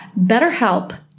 BetterHelp